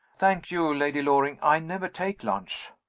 thank you, lady loring, i never take lunch.